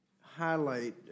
highlight